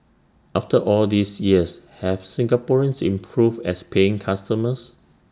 after all these years have Singaporeans improved as paying customers